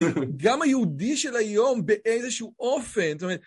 גם היהודי של היום באיזשהו אופן, זאת אומרת...